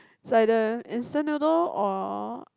it's either instant noodle or